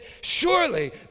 surely